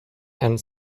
and